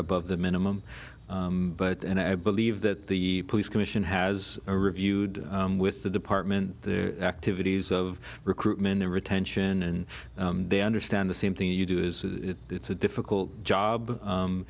above the minimum but and i believe that the police commission has reviewed with the department the activities of recruitment and retention and they understand the same thing you do is it's a difficult job